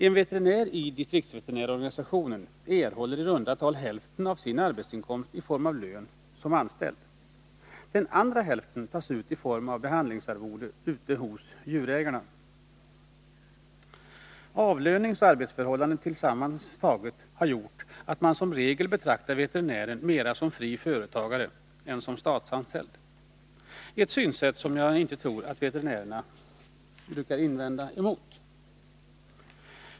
En veterinär i distriktsveterinärsorganisationen erhåller i runda tal hälften av sin arbetsinkomst i form av lön som anställd. Den andra hälften tas ut i form av behandlingsarvoden ute hos djurägarna. Avlöningsoch arbetsförhållandena tillsammantagna har gjort att man som regel betraktar veterinären mera som fri företagare än som statsanställd — ett synsätt som jag inte tror att veterinärerna brukar invända emot.